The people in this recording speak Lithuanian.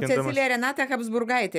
cecilija renata habsburgaitė